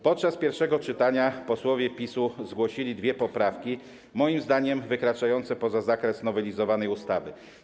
Podczas pierwszego czytania posłowie PiS-u zgłosili dwie poprawki, moim zdaniem wykraczające poza zakres nowelizowanej ustawy.